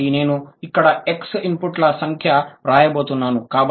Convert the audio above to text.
కాబట్టి నేను ఇక్కడ X ఇన్పుట్ల సంఖ్యను వ్రాయబోతున్నాను